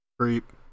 creep